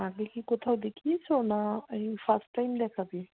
আগে কি কোথাও দেখিয়েছো না এই ফার্স্ট টাইম দেখাবে